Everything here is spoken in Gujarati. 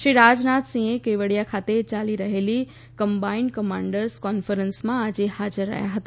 શ્રી રાજનાથ સિંહ કેવડિયા ખાતે ચાલી રહેલી કમ્બાઇન્ડ કમાન્ડર્સ કોન્ફરન્સમાં આજે હાજર રહ્યા હતા